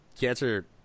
cancer